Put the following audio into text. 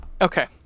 Okay